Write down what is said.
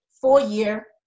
four-year